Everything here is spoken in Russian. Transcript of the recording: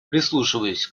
прислушиваясь